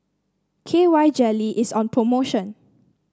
K Y Jelly is on promotion